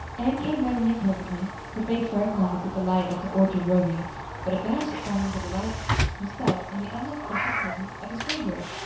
anne came running in presently, her face sparkling with the delight of her orchard rovings but, abashed at finding the delight herself in the unexpected presence of a stranger,